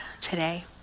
today